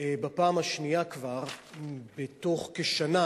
כבר בפעם השנייה בתוך כשנה,